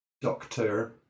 doctor